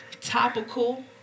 Topical